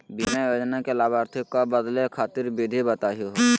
बीमा योजना के लाभार्थी क बदले खातिर विधि बताही हो?